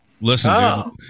Listen